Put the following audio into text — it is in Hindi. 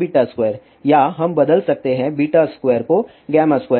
ZZ 2 या हम बदल सकते हैं 2 को 2से